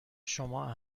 شما